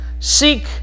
Seek